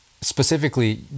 specifically